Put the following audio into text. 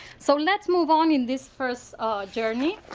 so let's move on in this first journey.